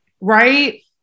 Right